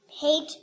Page